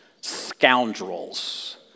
Scoundrels